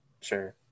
Sure